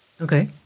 Okay